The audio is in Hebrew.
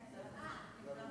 אתה רוצה